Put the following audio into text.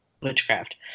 witchcraft